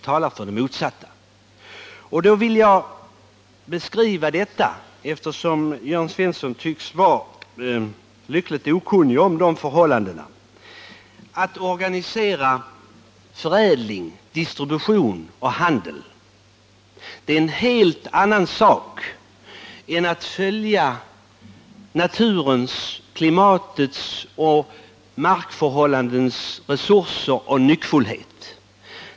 Jörn Svensson tycks vara lyckligt okunnig om förhållandena på detta område, och jag vill därför säga att det är en helt annan sak att organisera förädling, distribution och handel än att anpassa sig efter naturens, klimatets och markförhållandenas nyckfullhet.